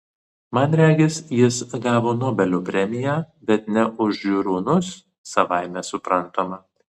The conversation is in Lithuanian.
man regis jis gavo nobelio premiją bet ne už žiūronus savaime suprantama